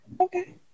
Okay